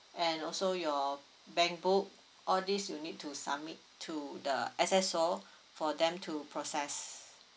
and also your bankbook all these you need to submit to the S_S_O for them to process